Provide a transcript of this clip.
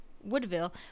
Woodville